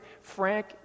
frank